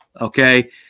okay